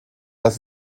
das